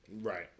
Right